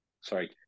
Sorry